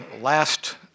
last